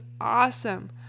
awesome